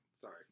Sorry